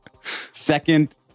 Second